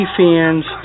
fans